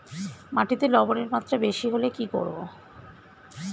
মাটিতে লবণের মাত্রা বেশি হলে কি করব?